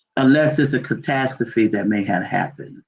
unless it's a catastrophe that may have happened.